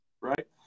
right